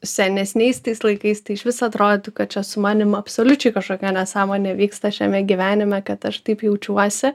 senesniais tais laikais tai išvis atrodytų kad čia su manim absoliučiai kažkokia nesąmonė vyksta šiame gyvenime kad aš taip jaučiuosi